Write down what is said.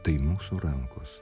tai mūsų rankos